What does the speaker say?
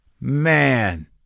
Man